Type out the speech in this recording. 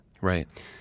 Right